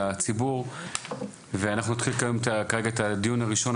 לציבור ואנחנו מתחילים לקיים כרגע את הדיון הראשון.